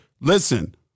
Listen